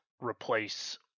replace